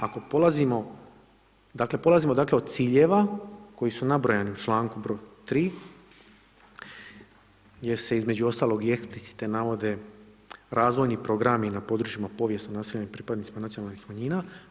Ako polazimo, dakle polazimo dakle od ciljeva koji su nabrojani u članku broj 3. gdje se između ostalog …/nerazumljivo/… navode razvojni programi na područjima povijesno naseljeni pripadnicima nacionalnih manjina.